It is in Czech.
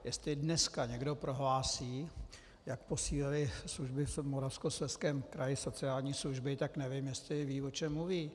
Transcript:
Jestli dneska někdo prohlásí, jak posílily služby v Moravskoslezském kraji, sociální služby, tak nevím, jestli ví, o čem mluví.